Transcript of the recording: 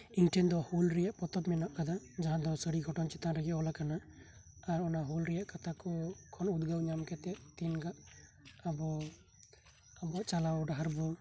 ᱤᱧᱴᱷᱮᱱ ᱫᱚ ᱦᱩᱞᱨᱮᱭᱟᱜ ᱯᱚᱛᱚᱵ ᱢᱮᱱᱟᱜ ᱟᱠᱟᱫᱟ ᱡᱟᱦᱟᱸ ᱫᱚ ᱥᱟᱹᱨᱤ ᱜᱷᱚᱴᱚᱱ ᱪᱮᱛᱟᱱ ᱨᱮᱜᱮ ᱚᱞ ᱟᱠᱟᱱᱟ ᱟᱨ ᱚᱱᱟ ᱦᱩᱞᱨᱮᱭᱟᱜ ᱠᱟᱛᱷᱟᱠᱩ ᱠᱷᱚᱱ ᱩᱫᱜᱟᱹᱣ ᱧᱟᱢ ᱠᱟᱛᱮᱜ ᱛᱤᱱᱜᱟᱜ ᱟᱵᱩ ᱟᱵᱩᱣᱟᱜ ᱪᱟᱞᱟᱣ ᱰᱟᱦᱟᱨ ᱵᱩᱱ